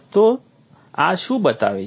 તો આ શું બતાવે છે